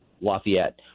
Lafayette